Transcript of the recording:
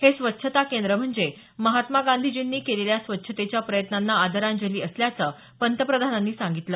हे स्वच्छता केंद्र म्हणजे महात्मा गांधीजींनी केलेल्या स्वच्छतेच्या प्रयत्नांना आदरांजली असल्याचं पंतप्रधानांनी सांगितलं